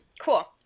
cool